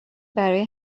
برای